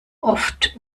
oft